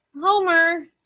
Homer